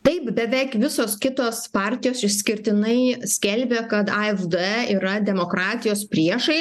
taip beveik visos kitos partijos išskirtinai skelbia kad afd yra demokratijos priešai